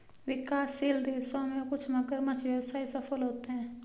विकासशील देशों में कुछ मगरमच्छ व्यवसाय सफल होते हैं